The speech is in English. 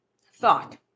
thought